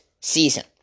season